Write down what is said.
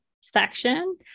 section